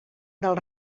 del